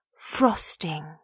frosting